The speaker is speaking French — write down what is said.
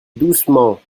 doucement